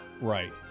Right